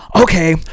okay